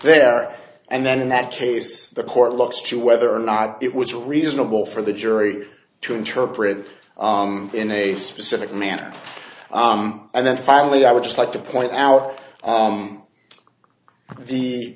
there and then in that case the court looks to whether or not it was reasonable for the jury to interpret it in a specific manner and then finally i would just like to point out